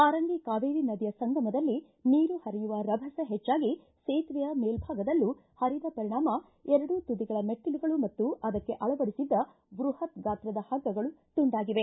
ಹಾರಂಗಿ ಕಾವೇರಿ ನದಿಯ ಸಂಗಮದಲ್ಲಿ ನೀರು ಹರಿಯುವ ರಭಸ ಹೆಚ್ಚಾಗಿ ಸೇತುವೆಯ ಮೇಲ್ವಾಗದಲ್ಲೂ ಹರಿದ ಪರಿಣಾಮ ಎರಡೂ ತುದಿಗಳ ಮೆಟ್ಟಿಲುಗಳು ಮತ್ತು ಅದಕ್ಕೆ ಅಳವಡಿಬಿದ್ದ ಬೃಹತ್ ಗಾತ್ರದ ಹಗ್ಗಗಳು ತುಂಡಾಗಿವೆ